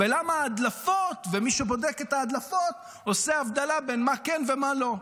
ולמה מי שבודק את ההדלפות עושה הבדלה בין מה כן ומה לא?